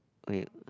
wait